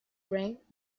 frank